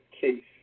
case